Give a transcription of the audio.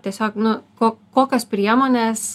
tiesiog nu ko kokios priemonės